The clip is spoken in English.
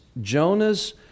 Jonah's